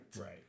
Right